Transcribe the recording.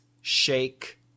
shake